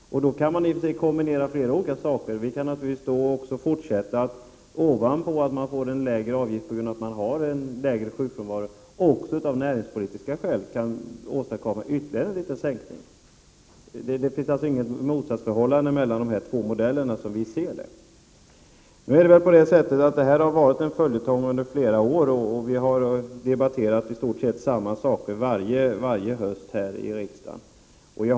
Då kan i och för sig flera saker kombineras. Förutom att ett företag får en lägre avgift på grund av en lägre sjukfrånvaro kan det få ytterligare en sänkning av näringspolitiska skäl. Det finns alltså, som vi ser det, inget motsatsförhållande mellan dessa två modeller. Denna debatt har varit en följetong under flera år, och vi har debatterat i stort sett samma saker varje höst här i riksdagen.